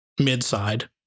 mid-side